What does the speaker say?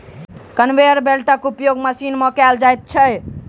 conveyor बेल्टक उपयोग machine मे कयल जाइत अछि